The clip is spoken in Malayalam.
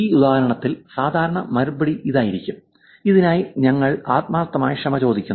ഈ ഉദാഹരണത്തിൽ സാധാരണ മറുപടി ഇതായിരിക്കും ഇതിനായി ഞങ്ങൾ ആത്മാർത്ഥമായി ക്ഷമ ചോദിക്കുന്നു